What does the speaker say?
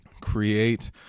create